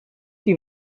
die